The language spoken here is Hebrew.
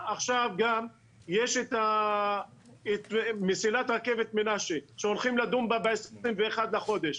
יש מסילת רכבת מנשה שהולכים לדון בה ב-21 בחודש.